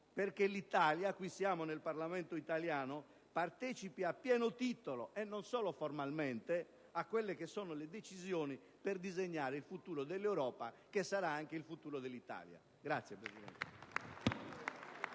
perché l'Italia - qui siamo nel Parlamento italiano - partecipi a pieno titolo, e non solo formalmente, alle decisioni per disegnare il futuro dell'Europa, che sarà anche il futuro dell'Italia. *(Applausi